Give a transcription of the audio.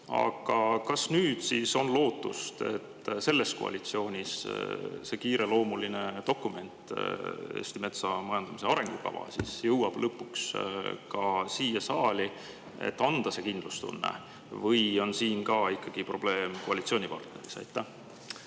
Aga kas nüüd on lootust, et selle koalitsiooni ajal see kiireloomuline dokument – Eesti metsa majandamise arengukava – jõuab lõpuks ka siia saali, et anda kindlustunnet, või on siin ka ikkagi probleem koalitsioonipartneris?